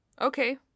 Okay